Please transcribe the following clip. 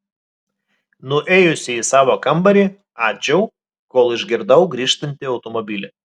nuėjusi į savo kambarį adžiau kol išgirdau grįžtantį automobilį